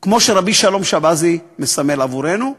כמו שרבי שלום שבזי מסמל עבורנו.